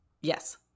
Yes